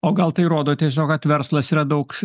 o gal tai įrodo tiesiog kad verslas yra daug